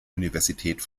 universität